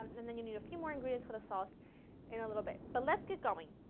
um then then you need a few more ingredients for the sauce in a little bit. but let's get going.